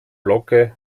locke